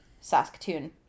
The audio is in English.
Saskatoon